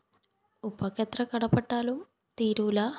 ഉപ്പാക്കെത്ര കടപ്പെട്ടാലും തീരൂല